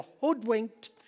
hoodwinked